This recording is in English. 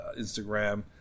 Instagram